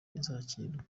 izakinwa